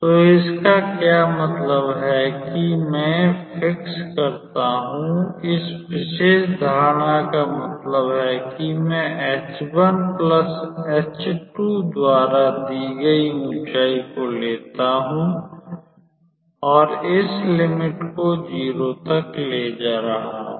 तो इसका क्या मतलब है कि मैं फिक्स करता हूं इस विशेष धारणा का मतलब है कि मैं h1 h2 द्वारा दी गई ऊंचाई को लेता हूं और इस लिमिट को 0 तक ले जा रहा हूं